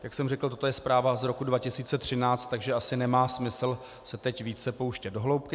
Jak jsem řekl, toto je zpráva z roku 2013, takže asi nemá smysl se teď více pouštět do hloubky.